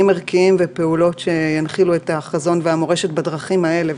ערכיים ופעולות שינחילו את החזון והמורשת בדרכים האלה.